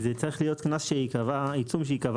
זה צריך להיות עיצום שייקבע